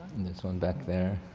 and this one back there.